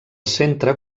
centre